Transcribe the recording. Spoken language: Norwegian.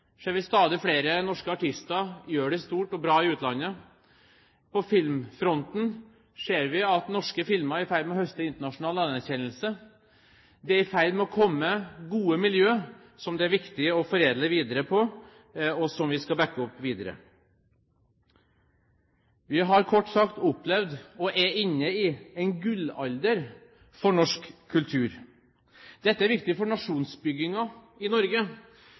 ser vi at stadig flere norske artister gjør det stort og bra i utlandet, og på filmfronten ser vi at norske filmer er i ferd med å høste internasjonal anerkjennelse. Det er i ferd med å bli gode miljø som det er viktig å foredle videre på, og som vi skal bakke opp videre. Vi har kort sagt opplevd og er inne i en gullalder for norsk kultur. Dette er viktig for nasjonsbyggingen i Norge.